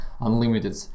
unlimited